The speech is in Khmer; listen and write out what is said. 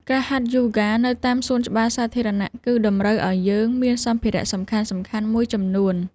ការហាត់យូហ្គានៅតាមសួនច្បារសាធារណៈ គឺតម្រូវឲ្យយើងមានសម្ភារៈសំខាន់ៗមួយចំនួន។